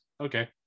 okay